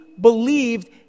believed